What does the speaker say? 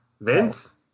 Vince